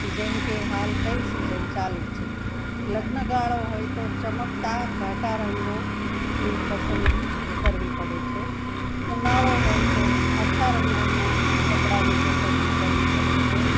જેમકે હાલ કઈ સિઝન ચાલે છે લગ્નગાળો હોય તો ચમકતા ઘાટા રંગોની પસંદગી કરવી પડે છે ઉનાળો હોય તો આછા રંગોના કપડાંની પસંદગી કરવી પડે છે